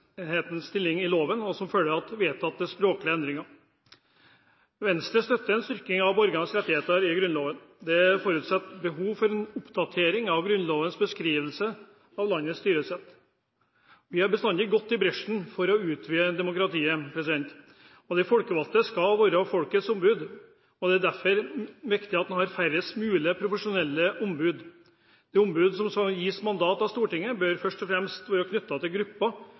menneskerettighetens stilling i loven, og som følge av vedtatte språklige endringer. Venstre støtter en styrking av borgernes rettigheter i Grunnloven. Det er fortsatt behov for en oppdatering av Grunnlovens beskrivelse av landets styresett. Vi har bestandig gått i bresjen for å utvide demokratiet. De folkevalgte skal være folkets ombud, og det er derfor viktig at en har færrest mulig profesjonelle ombud. De ombud som gis mandat av Stortinget, bør først og fremst være knyttet til